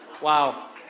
Wow